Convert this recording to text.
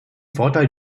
vorteil